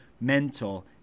mental